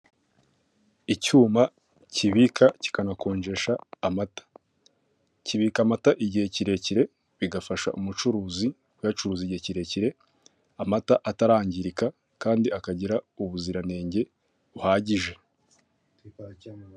Icyuma kibika kikanakonjesha amata. Kibika amata igihe kirekire bigafasha umucuruzi kuyacuruza igihe kirekire amata atarangirika kandi akagira ubuziranenge buhagije.